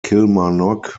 kilmarnock